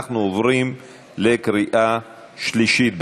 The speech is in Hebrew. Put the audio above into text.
אנחנו עוברים לקריאה שלישית.